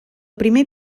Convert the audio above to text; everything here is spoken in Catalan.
primer